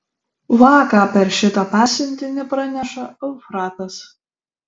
va ką per šitą pasiuntinį praneša eufratas